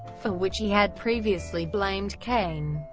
for which he had previously blamed kane.